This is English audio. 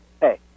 hey